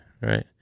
Right